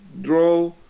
draw